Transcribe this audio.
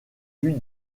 vue